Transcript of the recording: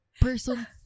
person